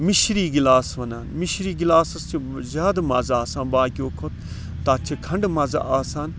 مِشری glass وَنان مِشری گِلاسَس چھِ زیاد مَزٕ آسان باقیَو کھۄتہٕ تَتھ چھ کھنٛڈٕ مَزٕ آسان